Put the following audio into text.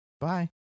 bye